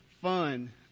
fun